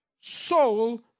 Soul